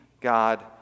God